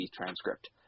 transcript